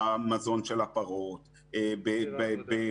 במזון של הפרות ובמס.